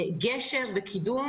גשר וקידום